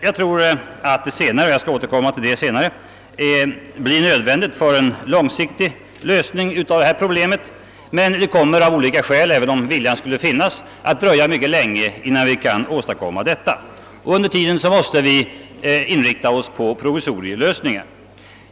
Jag tror att det senare alternativet — jag skall återkomma till detta — blir nödvändigt för en långsiktig lösning av detta problem, men även om viljan skulle finnas, kommer det av olika skäl att dröja mycket länge innan vi kan realisera detta. Under tiden måste vi inrikta oss på provisoriska lösningar.